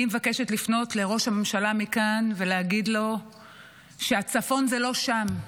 אני מבקשת לפנות לראש הממשלה מכאן ולהגיד לו שהצפון זה לא שם.